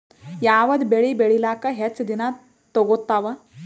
ಯಾವದ ಬೆಳಿ ಬೇಳಿಲಾಕ ಹೆಚ್ಚ ದಿನಾ ತೋಗತ್ತಾವ?